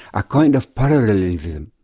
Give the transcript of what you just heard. a kind of parallelism.